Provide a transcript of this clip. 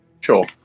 Sure